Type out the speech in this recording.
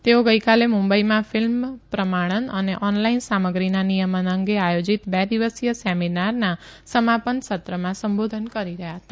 તેઓ ગઇકાલે મુંબઇમાં ફિલ્મ પ્રમાણન અને ઓનલાઇન સામગ્રીના નિયમન અંગે આયોજીત બે દિવસીય સેમીનારના સમાપન સત્રમાં સંબોધન કરી રહયાં હતા